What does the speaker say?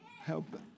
help